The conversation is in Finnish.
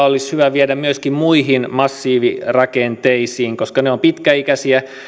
olisi hyvä viedä myöskin muihin massiivirakenteisiin koska ne ovat pitkäikäisiä